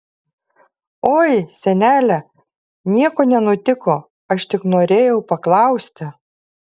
oi senele nieko nenutiko aš tik norėjau paklausti